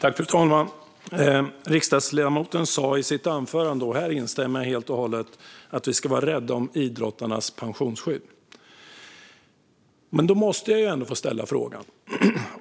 Fru talman! Riksdagsledamoten sa i sitt anförande - och här instämmer jag helt och hållet - att vi ska vara rädda om idrottarnas pensionsskydd. Då måste jag ändå få ställa en fråga.